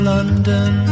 London